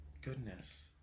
goodness